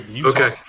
Okay